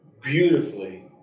beautifully